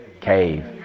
Cave